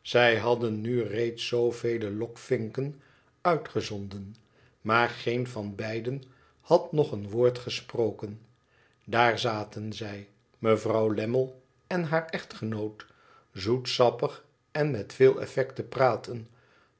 zij hadden nu reeds zoovele lokvinken uitgezonden maar geen van beiden had nog een woord gesproken daar zaten zij mevrouw lammie en haar echtgenoot zoetsappig en met veel effect te praten